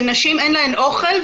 שלנשים אין אוכל,